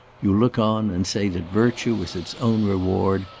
you look on and say that virtue is its own reward.